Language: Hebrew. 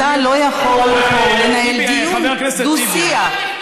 אתה לא יכול לנהל פה דיון, דו-שיח.